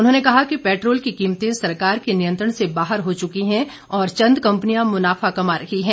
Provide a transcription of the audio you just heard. उन्होंने कहा कि पेट्रोल की कीमतें सरकार के नियंत्रण से बाहर हो चुकी है और चंद कंपनियां मुनाफा कमा रही है